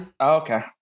okay